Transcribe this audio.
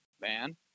man